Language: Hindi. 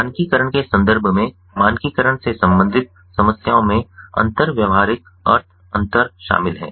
मानकीकरण के संदर्भ में मानकीकरण से संबंधित समस्याओं में अंतर व्यावहारिक अर्थ अंतर शामिल है